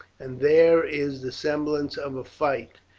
and there is the semblance of a fight,